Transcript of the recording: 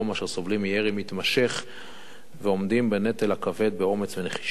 אשר סובלים מירי מתמשך ועומדים בנטל הכבד באומץ ונחישות,